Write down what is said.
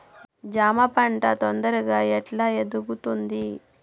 జామ పంట తొందరగా ఎట్లా ఎదుగుతుంది?